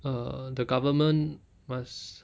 err the government must